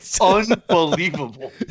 unbelievable